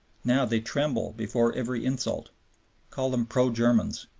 now they tremble before every insult call them pro-germans,